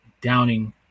downing